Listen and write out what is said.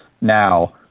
now